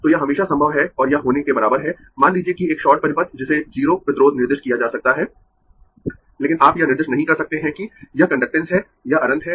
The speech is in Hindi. तो यह हमेशा संभव है और यह होने के बराबर है मान लीजिए कि एक शॉर्ट परिपथ जिसे 0 प्रतिरोध निर्दिष्ट किया जा सकता है लेकिन आप यह निर्दिष्ट नहीं कर सकते है कि यह कंडक्टेन्स है यह अनंत है